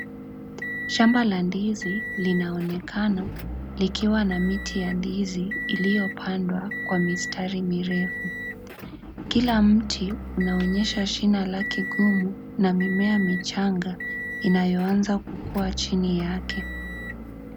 Shamba la ndizi linaonekana likiwa na miti ya ndizi iliyopandwa kwa mistari mirefu kila mti inaonyesha shina lake kubwa na mimea michanga inayoanza kukua chini yake.